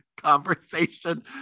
conversation